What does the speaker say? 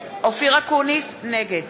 אקוניס, נגד